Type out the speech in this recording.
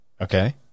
Okay